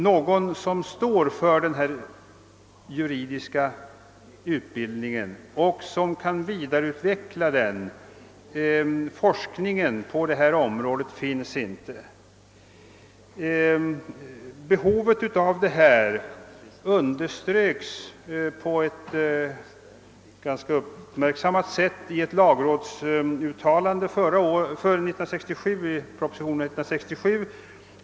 Någon som förestår denna juridiska utbildning och som kan vidareutveckla forskningen på detta område finns emellertid inte. Behovet av denna utbildning underströks på ett ganska uppmärksammat sätt i ett lagrådsuttalande i proposition 167 år 1967.